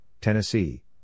Tennessee